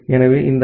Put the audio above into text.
எனவே இந்த ஐ